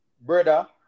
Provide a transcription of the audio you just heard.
brother